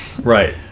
Right